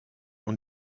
und